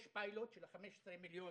יש בעיות של ה-15 מיליון.